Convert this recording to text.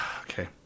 okay